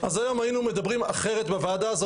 אז היום היינו מדברים אחרת בוועדה הזו